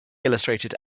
illustrated